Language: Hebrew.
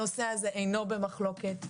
הנושא הזה אינו במחלוקת.